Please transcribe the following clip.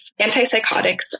antipsychotics